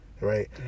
right